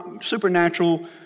supernatural